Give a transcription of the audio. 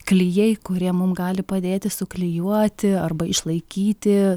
klijai kurie mum gali padėti suklijuoti arba išlaikyti